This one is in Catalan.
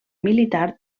militar